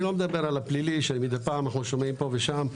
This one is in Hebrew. אני לא מדבר על הפלילי שמידי פעם אנחנו שומעים פה ושם,